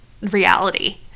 reality